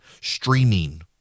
streaming